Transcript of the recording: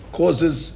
causes